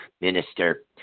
Minister